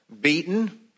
beaten